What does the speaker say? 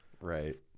Right